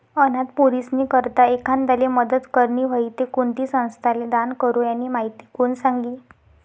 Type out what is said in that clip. अनाथ पोरीस्नी करता एखांदाले मदत करनी व्हयी ते कोणती संस्थाले दान करो, यानी माहिती कोण सांगी